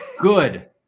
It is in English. Good